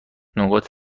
نقاط